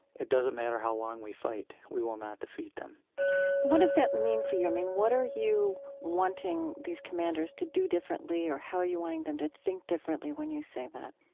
it doesn't matter how long we fight, we will not defeat them and what does that mean for you? i mean, what are you wanting these commanders to do differently? or how are you wanting them to think differently when you say that?